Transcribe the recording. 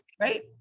right